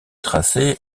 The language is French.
tracé